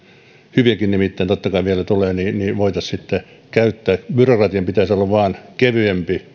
hyviäkin nimittäin totta kai vielä tulee voitaisiin käyttää byrokratian pitäisi vain olla kevyempi